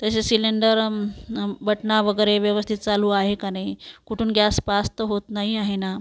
तसंच सिलेंडर बटना वगैरे व्यवस्थित चालू आहे का नाही कुठून गॅस पास तर होत नाही आहे ना